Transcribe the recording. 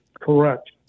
Correct